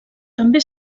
també